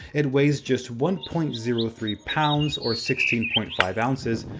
it weighs just one point zero three lbs or sixteen point five and so oz,